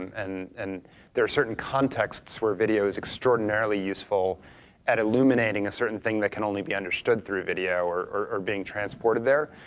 and and there are certain contexts where video is extraordinarily useful at illuminating a certain thing that can only be understood understood through video or or being transported there,